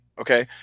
Okay